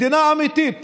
מדינה אמיתית